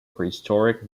prehistoric